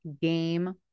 game